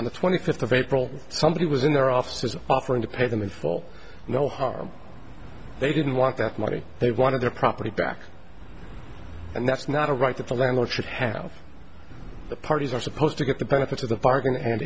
on the twenty fifth of april somebody was in their offices offering to pay them in full no harm they didn't want that money they wanted their property back and that's not a right that the landlord should have the parties are supposed to get the benefit of the bargain and